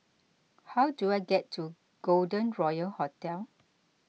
how do I get to Golden Royal Hotel